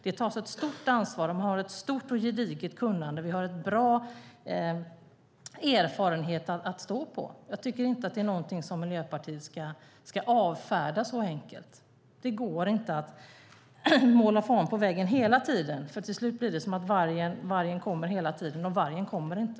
Det tas ett stort ansvar, det finns ett stort och gediget kunnande och vi har bra erfarenhet att stå på. Jag tycker inte att Miljöpartiet ska avfärda det så enkelt. Det går inte att måla fan på väggen hela tiden, för då blir det som om vargen kommer hela tiden - men vargen kommer inte!